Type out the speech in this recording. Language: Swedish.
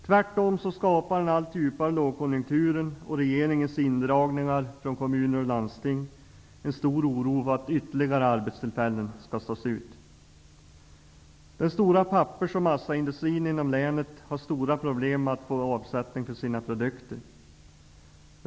Tvärtom skapar den allt djupare lågkonjunkturen och regeringens indragning från kommuner och landsting en stor oro för att ytterligare arbetstillfällen skall försvinna. Inom den stora pappers och massaindustrin inom länet har man stora problem med att få avsättning för sina produkter.